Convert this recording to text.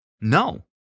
no